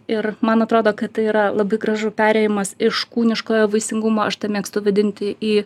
ir man atrodo kad tai yra labai gražu perėjimas iš kūniškojo vaisingumo aš tai mėgstu vadinti į